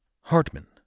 Hartman